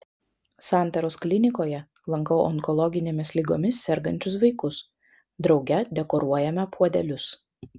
santaros klinikoje lankau onkologinėmis ligomis sergančius vaikus drauge dekoruojame puodelius